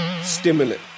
stimulant